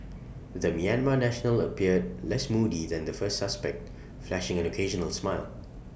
the Myanmar national appeared less moody than the first suspect flashing an occasional smile